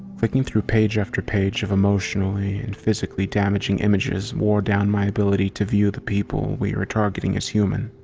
clicking through page after page of emotionally and physically damaging images wore down my ability to view the people we were targeting as human.